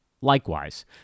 likewise